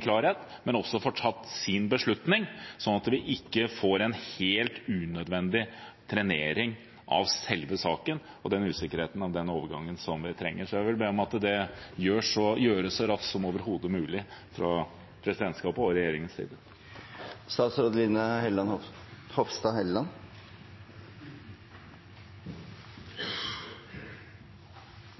klarhet og får tatt sin beslutning, som vi trenger, slik at vi ikke får en helt unødvendig trenering av selve saken med usikkerhet rundt overgangen. Jeg vil be om at det gjøres så raskt som overhodet mulig fra presidentskapets og regjeringens side.